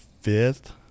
fifth